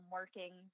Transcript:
working